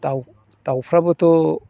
दाव दावफ्राबोथ'